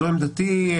זו עמדתי.